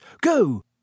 Go